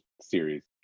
series